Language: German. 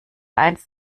eins